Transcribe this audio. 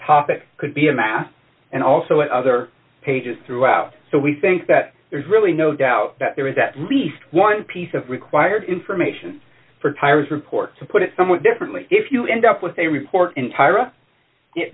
top it could be a match and also at other pages throughout so we think that there's really no doubt that there is at least one piece of required information for tyra's report to put it somewhat differently if you end up with a report